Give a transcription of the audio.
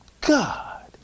God